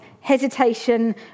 hesitation